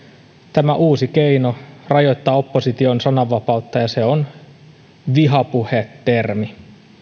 tämä uusi keino rajoittaa opposition sananvapautta ja se on vihapuhe termi